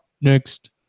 next